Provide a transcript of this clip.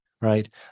right